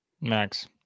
Max